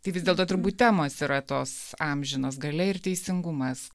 tai vis dėlto turbūt temos yra tos amžinos galia ir teisingumas